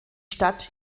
stadt